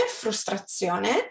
frustrazione